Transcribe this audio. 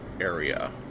area